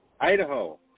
Idaho